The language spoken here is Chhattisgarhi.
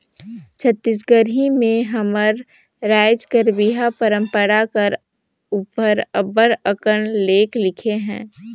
छत्तीसगढ़ी में हमर राएज कर बिहा परंपरा कर उपर अब्बड़ अकन लेख लिखे हे